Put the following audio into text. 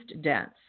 dense